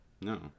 No